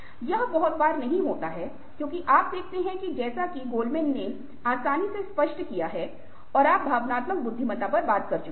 यह बहुत बार नहीं होता है क्योंकि आप देखते हैं कि जैसा कि गोलेमैन ने आसानी से स्पष्ट किया है और आप भावनात्मक बुद्धिमत्ता पर बात कर चुके हैं